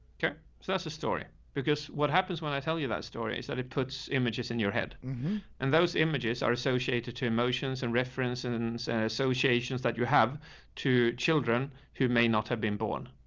okay, so that's the story. because what happens when i tell you that story is that it puts images in your head and those images are associated to emotions and reference, and then send associations that you have two children who may not have been born.